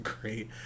great